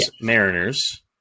Mariners